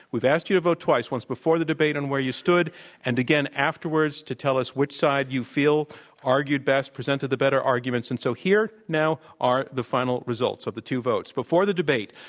we've asked you to vote twice, once before the debate on where you stood and again afterwards to tell us which side you feel argued best, presented the better arguments. and so here now are the final results of the two votes. before the debate,